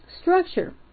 structure